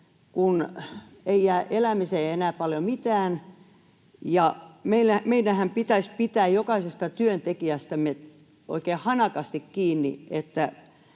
kun ei jää elämiseen enää paljon mitään. Ja meidänhän pitäisi pitää jokaisesta työntekijästämme oikein hanakasti kiinni,